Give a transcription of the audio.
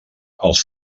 els